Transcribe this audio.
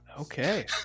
okay